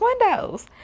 windows